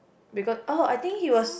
becau~ oh I think he was